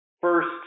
first